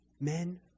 Men